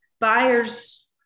buyers